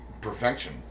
perfection